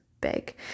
big